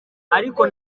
ariko